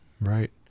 Right